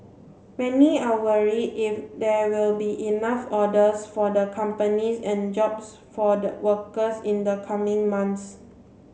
many are worried if there will be enough orders for the companies and jobs for the workers in the coming months